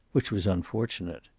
which was unfortunate.